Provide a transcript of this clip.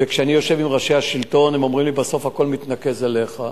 וכשאני יושב עם ראשי השלטון הם אומרים לי: בסוף הכול מתנקז אליך.